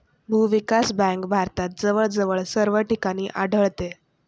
भूविकास बँक भारतात जवळजवळ सर्व ठिकाणी आढळते